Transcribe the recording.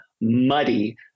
muddy